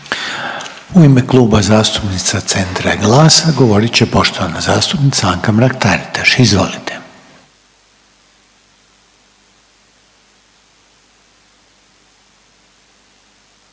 U ime Kluba zastupnika Centra i GLAS-a govorit će poštovana zastupnica Dalija Orešković, izvolite.